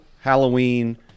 Halloween